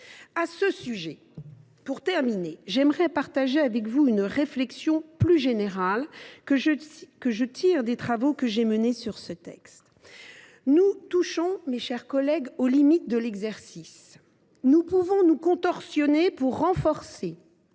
À ce sujet, j’aimerais partager avec vous une réflexion plus générale que je tire des travaux que j’ai menés sur ce texte. Nous touchons ici aux limites de l’exercice. Nous pouvons nous contorsionner pour ajuster